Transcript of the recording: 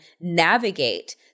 navigate